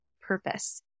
purpose